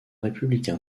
républicain